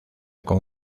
con